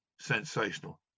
sensational